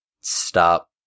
stop